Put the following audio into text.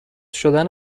شدن